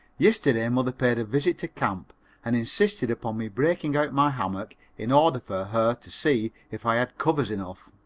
yesterday mother paid a visit to camp and insisted upon me breaking out my hammock in order for her to see if i had covers enough.